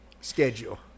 schedule